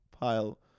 Pile